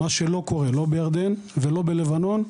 מה שלא קורה לא בירדן ולא בלבנון.